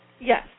Yes